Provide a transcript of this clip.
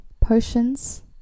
potions